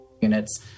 units